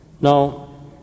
Now